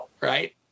right